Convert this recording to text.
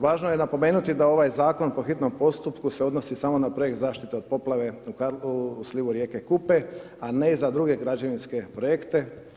Važno je napomenuti da ovaj zakon po hitnom postupku se odnosi samo na projekt zaštite od poplave u slivu rijeke Kupe, a ne za druge građevinske projekte.